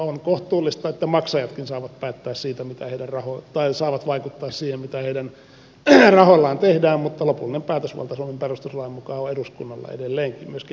on kohtuullista että maksajatkin saavat päättää siitä mitä herra huun tai saavat vaikuttaa siihen mitä heidän rahoillaan tehdään mutta lopullinen päätösvalta suomen perustuslain mukaan on eduskunnalla edelleenkin myöskin eläkeasioissa